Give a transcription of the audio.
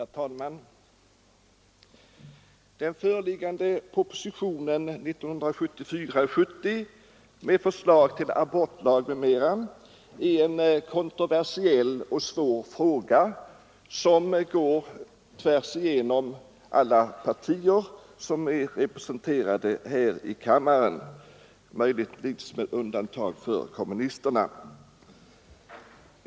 Herr talman! Den föreliggande propositionen 1974:70 med förslag till abortlag m.m. behandlar en kontroversiell och svår fråga, där uppfattningarna går tvärsigenom alla partier som är representerade här i kammaren, möjligtvis med undantag för kommunisterna.